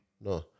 No